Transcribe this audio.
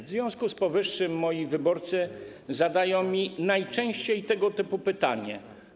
W związku z powyższym moi wyborcy zadają mi najczęściej tego typu pytanie: